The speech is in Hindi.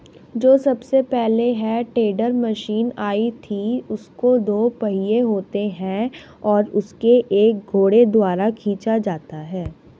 जो सबसे पहले हे टेडर मशीन आई थी उसके दो पहिये होते थे और उसे एक घोड़े द्वारा खीचा जाता था